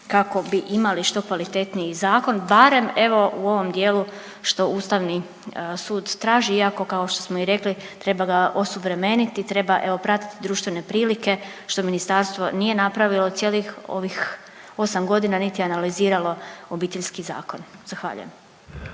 kako bi imali što kvalitetniji zakon, barem evo u ovom dijelu što Ustavni sud traži, iako kao što smo i rekli treba ga osuvremeniti, treba evo pratiti društvene prilike, što ministarstvo nije napravilo cijelih ovih 8.g., niti je analiziralo Obiteljski zakon, zahvaljujem.